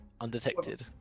undetected